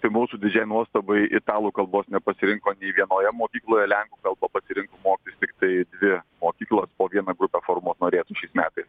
tai mūsų didžiai nuostabai italų kalbos nepasirinko nei vienoje mokykloje lenkų kalbą pasirinko mokytis tiktai dvi mokyklos po vieną grupę formuot norėtų šiais metais